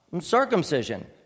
Circumcision